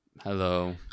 Hello